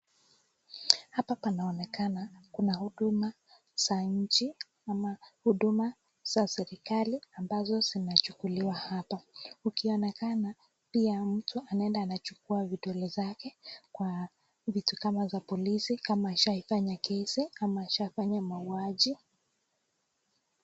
Hapa panaonekana kuna huduma za nchi ama huduma za serikali ambazo zinachukuliwa hapa. Ukionekana pia mtu anaenda anachukua vidole zake kwa vitu kama za polisi kama ashafanya kesi ama ashafanya mauaji.